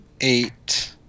eight